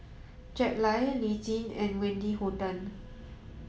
Jack Lai Lee Tjin and Wendy Hutton